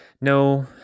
No